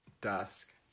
Dusk